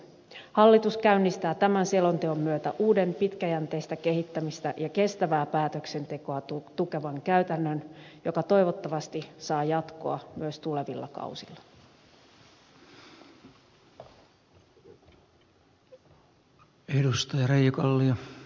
hallitus käynnistää tämän selonteon myötä uuden pitkäjänteistä kehittämistä ja kestävää päätöksentekoa tukevan käytännön joka toivottavasti saa jatkoa myös tulevilla kausilla